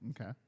Okay